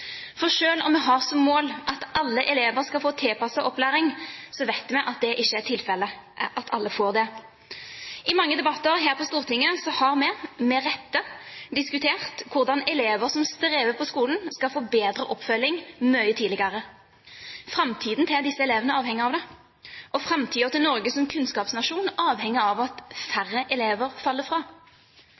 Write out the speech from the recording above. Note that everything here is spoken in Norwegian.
For selv om vi har som mål at alle elever skal få tilpasset opplæring, vet vi at det ikke er tilfellet at alle får det. I mange debatter her på Stortinget har vi, med rette, diskutert hvordan elever som strever på skolen, skal få bedre oppfølging mye tidligere. Framtiden til disse elevene avhenger av det, og framtiden til Norge som kunnskapsnasjon avhenger av at færre elever faller fra.